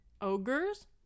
ogres